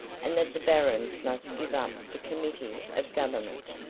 and that the barons must give up the committee of government,